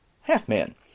half-man